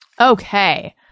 Okay